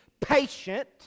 patient